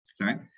right